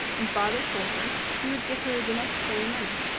and father told her he would give her the necessary money.